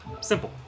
Simple